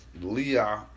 Leah